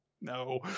No